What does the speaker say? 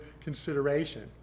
consideration